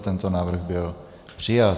Tento návrh byl přijat.